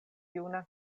juna